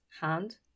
hand